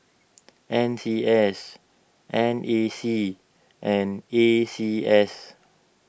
N C S N A C and A C S